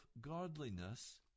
godliness